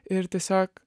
ir tiesiog